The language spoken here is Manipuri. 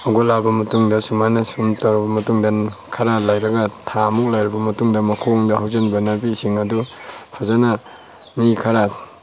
ꯍꯧꯒꯠꯂꯛꯑꯕ ꯃꯇꯨꯡꯗ ꯁꯨꯃꯥꯏꯅ ꯁꯨꯝ ꯇꯧꯔꯕ ꯃꯇꯨꯡꯗ ꯈꯔ ꯂꯩꯔꯒ ꯊꯥꯃꯨꯛ ꯂꯩꯔꯕ ꯃꯇꯨꯡꯗ ꯃꯈꯣꯡꯗ ꯍꯧꯖꯤꯟꯕ ꯅꯥꯄꯤꯁꯤꯡ ꯑꯗꯨ ꯐꯖꯅ ꯃꯤ ꯈꯔ